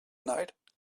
night